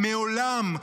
ומעולם,